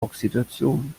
oxidation